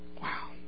Wow